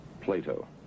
Plato